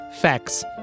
facts